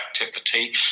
activity